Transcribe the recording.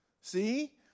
See